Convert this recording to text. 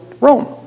Rome